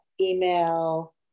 email